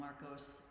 Marcos